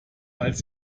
als